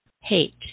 hate